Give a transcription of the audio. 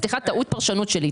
סליחה, טעות פרשנות שלי.